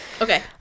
Okay